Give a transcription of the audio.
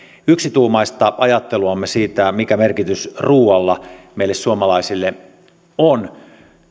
yksituumaista ajatteluamme siitä mikä merkitys ruualla meille suomalaisille on